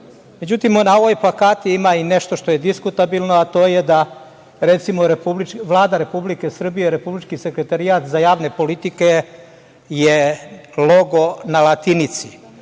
aviona.Međutim, na ovoj plakati ima i nešto što je diskutabilno, a to je da, recimo, Vlada Republike Srbije, Republički sekretarijat za javne politike je logo na latinici.